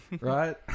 right